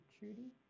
Trudy